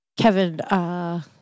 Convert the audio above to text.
Kevin